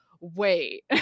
wait